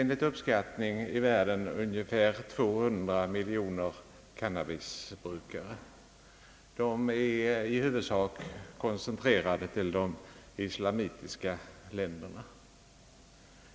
Enligt uppskattning finns det ungefär 200 miljoner cannabisbrukare i världen, huvudsakligen koncentrerade till de islamitiska länderna.